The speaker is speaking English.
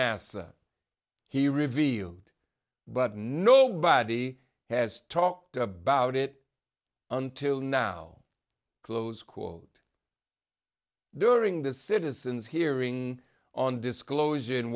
and he revealed but nobody has talked about it until now close quote during the citizens hearing on disclosure in